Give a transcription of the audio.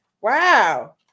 Wow